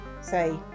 say